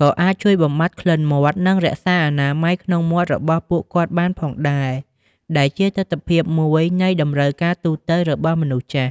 ក៏អាចជួយបំបាត់ក្លិនមាត់ និងរក្សាអនាម័យក្នុងមាត់របស់ពួកគាត់បានផងដែរ ដែលជាទិដ្ឋភាពមួយនៃតម្រូវការទូទៅរបស់មនុស្សចាស់។